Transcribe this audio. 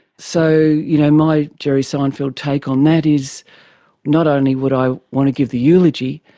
so you know my jerry seinfeld take on that is not only would i want to give the eulogy,